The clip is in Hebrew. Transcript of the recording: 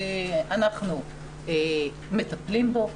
אנחנו מטפלים בו,